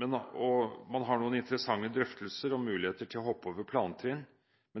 men